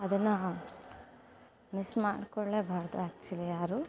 ಅದನ್ನು ಮಿಸ್ ಮಾಡ್ಕೊಳ್ಲೇಬಾರ್ದು ಆಕ್ಚುಲಿ ಯಾರು